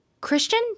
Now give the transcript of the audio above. Christian